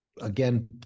again